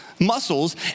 muscles